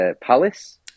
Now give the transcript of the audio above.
Palace